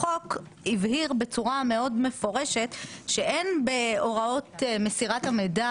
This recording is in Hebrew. החוק הבהיר בצורה מאוד מפורשת שאין בהוראות מסירת המידע